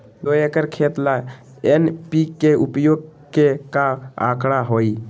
दो एकर खेत ला एन.पी.के उपयोग के का आंकड़ा होई?